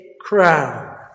crown